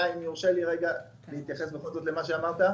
אם יורשה לי להתייחס אל מה שאמרת,